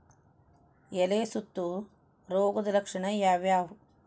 ಎಲೆ ಸುತ್ತು ರೋಗದ ಲಕ್ಷಣ ಯಾವ್ಯಾವ್?